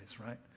right